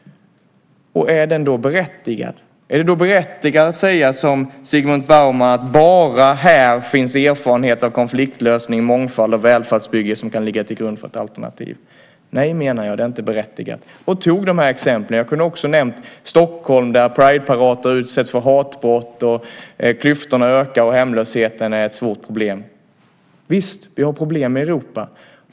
Är den då berättigad? Är det berättigat att säga som Zygmunt Bauman, nämligen att bara här finns erfarenhet av konfliktlösning, mångfald och välfärdsbygge som kan ligga till grund för ett alternativ? Nej, menar jag, det är inte berättigat. Jag tog upp dessa exempel. Jag kunde också ha nämnt Stockholm, där Prideparader utsätts för hatbrott, klyftorna ökar och hemlösheten är ett svårt problem. Visst, vi har problem i Europa.